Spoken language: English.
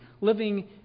living